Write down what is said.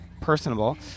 personable